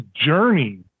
journey